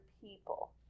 people